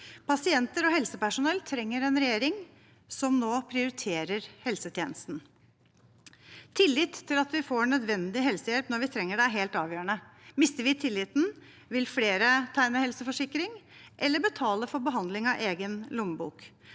Pasienter og helsepersonell trenger en regjering som nå prioriterer helsetjenesten. Tillit til at vi får nødvendig helsehjelp når vi trenger det, er helt avgjørende. Mister vi tilliten, vil flere tegne helseforsikring eller betale for behandling av egen lommebok.